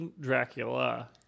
Dracula